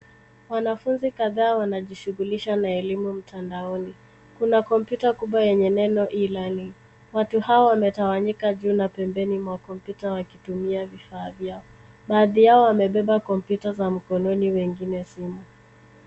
Wanafunzi kadhaa wanajishughulisha na elimu mtandaoni. Kuna kompyuta kubwa yenye neno e-learning . Watu hawa wametawanyika juu na pembeni mwa kompyuta wakitumia vifaa vyao, baadhi yao wamebeba kompyuta za mkononi, wengine simu.